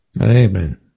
Amen